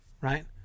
right